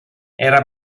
era